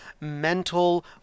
mental